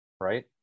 right